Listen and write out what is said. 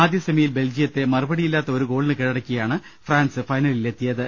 ആദ്യസെമിയിൽ ബെൽജിയത്തെ മറുപ്പടിയില്ലാത്ത ഒരുഗോളിന് കീഴ ടക്കിയാണ് ഫ്രാൻസ് ഫൈനലിലെത്തിയത്